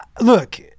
look